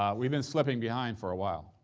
um we've been slipping behind for a while.